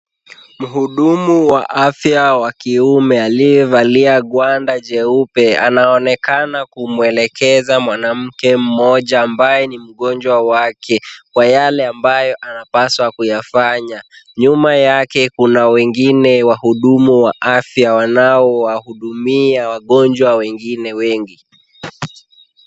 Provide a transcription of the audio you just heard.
Mhudumu wa afya wa kiume aliyevalia gwanda jeupe anaonekana kumwelekeza mwanamke mmoja ambaye ni mgonjwa wake kwa yale ambayo anapaswa kuyafanya. Nyuma yake kuna wengine wahudumu wa afya wanao wahudumia wagonjwa wengine wengi.